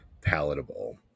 palatable